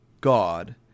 God